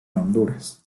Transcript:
honduras